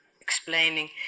explaining